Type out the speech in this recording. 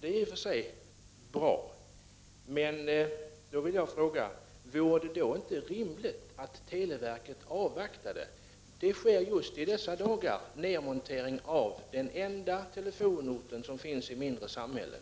Det är i och för sig bra, men jag vill då fråga: Vore det inte rimligt att televerket avvaktade med sina åtgärder? Just i dessa dagar sker en nermontering av den enda offentliga telefonen i vissa mindre samhällen.